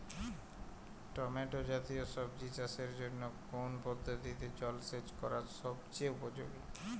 Tomato জাতীয় সবজি চাষের জন্য কোন পদ্ধতিতে জলসেচ করা সবচেয়ে উপযোগী?